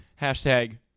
Hashtag